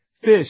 fish